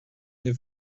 nie